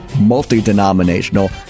multi-denominational